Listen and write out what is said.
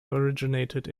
originated